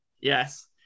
Yes